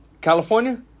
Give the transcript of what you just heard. California